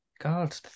god